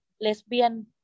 lesbian